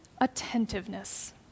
attentiveness